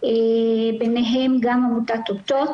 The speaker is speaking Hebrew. ביניהם גם עמותת אותות.